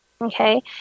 Okay